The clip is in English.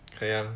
可以呀